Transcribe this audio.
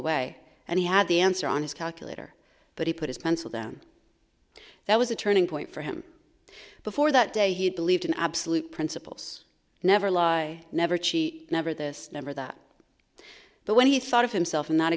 away and he had the answer on his calculator but he put his pencil down that was a turning point for him before that day he had believed in absolute principles never lie never cheat never this number that but when he thought of himself